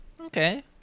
okay